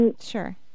Sure